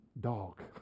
Dog